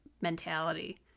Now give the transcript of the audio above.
mentality